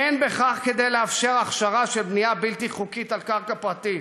אין בכך כדי לאפשר הכשרה של בנייה בלתי חוקית על קרקע פרטית,